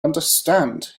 understand